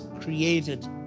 created